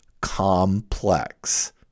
complex